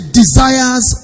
desires